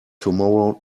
tomorrow